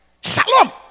Shalom